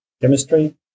chemistry